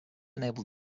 enabled